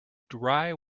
dry